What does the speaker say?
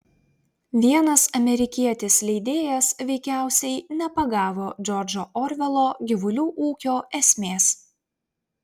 vienas amerikietis leidėjas veikiausiai nepagavo džordžo orvelo gyvulių ūkio esmės